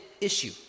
issue